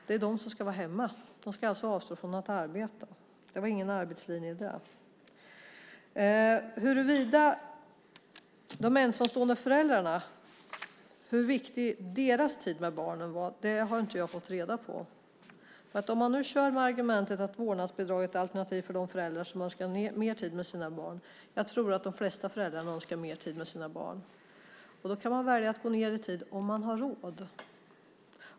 De ska alltså avstå från att arbeta. Det finns ingen arbetslinje där. Jag har inte fått reda på hur viktig de ensamstående föräldrarnas tid med barnen är. Man kör med argumentet att vårdnadsbidraget är ett alternativ för de föräldrar som önskar mer tid med sina barn. Jag tror att de flesta föräldrarna önskar mer tid med sina barn. Man kan välja att gå ned i arbetstid om man har råd.